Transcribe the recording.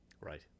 Right